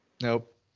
nope